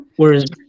Whereas